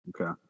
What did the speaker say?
Okay